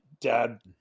dad